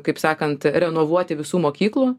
kaip sakant renovuoti visų mokyklų